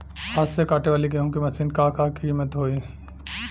हाथ से कांटेवाली गेहूँ के मशीन क का कीमत होई?